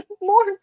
more